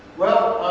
well,